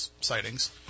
sightings